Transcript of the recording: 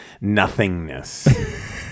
nothingness